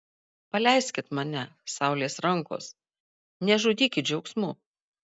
paleiskit mane saulės rankos nežudykit džiaugsmu